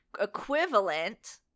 equivalent